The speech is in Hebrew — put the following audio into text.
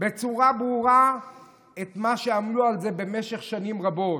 בצורה ברורה את מה שעמלו עליו במשך שנים רבות.